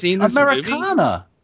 Americana